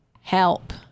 help